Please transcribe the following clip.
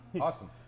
Awesome